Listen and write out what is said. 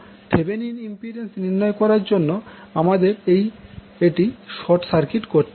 Thevenin impedance নির্ণয় করার জন্য আমাদের এটি শর্ট সার্কিট করতে হবে